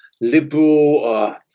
liberal